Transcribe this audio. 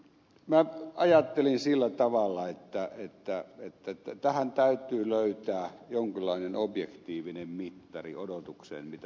minä ajattelin sillä tavalla että tähän täytyy löytää jonkinlainen objektiivinen mittari odotukseen mitä tapahtuu